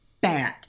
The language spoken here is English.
bad